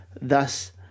Thus